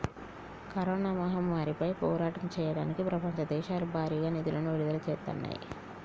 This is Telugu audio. కరోనా మహమ్మారిపై పోరాటం చెయ్యడానికి ప్రపంచ దేశాలు భారీగా నిధులను విడుదల చేత్తన్నాయి